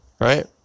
right